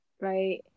Right